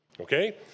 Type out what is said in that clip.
okay